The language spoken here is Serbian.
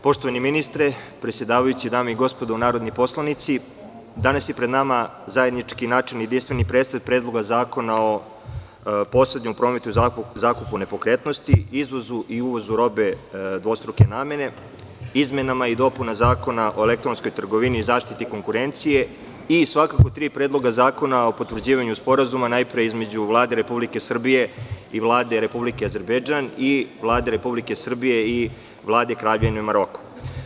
Poštovani ministre, predsedavajući, dame i gospodo narodni poslanici, danas je pred nama zajednički načelni i jedinstveni pretres Predloga zakona o posredovanju u prometu i zakupu nepokretnosti, izvozu i uvozu robe dvostruke namene izmenama i dopunama Zakona o elektronskoj trgovini i zaštite konkurencije i tri predloga Zakona o potvrđivanju sporazuma, najpre, između Vlade Republike Srbije i Vlade Republike Azerbejdžan i Vlade Republike Srbije i Vlade Kraljevine Maroko.